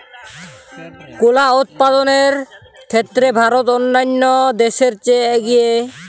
কলা উৎপাদনের ক্ষেত্রে ভারত অন্যান্য দেশের চেয়ে এগিয়ে